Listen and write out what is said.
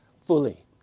fully